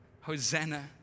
Hosanna